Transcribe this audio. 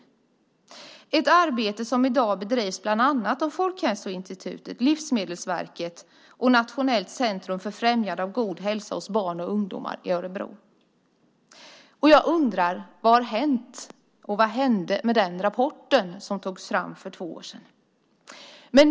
Det är ett arbete som i dag bedrivs bland annat av Folkhälsoinstitutet, Livsmedelsverket och Nationellt centrum för främjande av god hälsa hos barn och ungdom i Örebro. Jag undrar: Vad har hänt och vad hände med den rapport som togs fram för två år sedan?